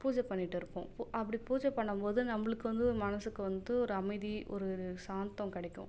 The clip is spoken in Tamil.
பூஜை பண்ணிகிட்டு இருப்போம் பு அப்படி பூஜை பண்ணும் போது நம்மளுக்கு வந்து ஒரு மனசுக்கு வந்து ஒரு அமைதி ஒரு ஒரு சாந்தம் கிடைக்கும்